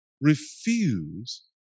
refuse